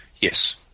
Yes